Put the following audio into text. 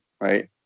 right